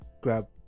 grab